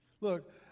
Look